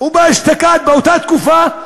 ואשתקד באותה תקופה,